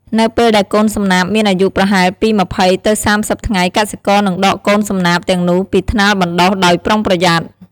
នៅពេលដែលកូនសំណាបមានអាយុប្រហែលពី ២០ ទៅ ៣០ ថ្ងៃកសិករនឹងដកកូនសំណាបទាំងនោះពីថ្នាលបណ្ដុះដោយប្រុងប្រយ័ត្ន។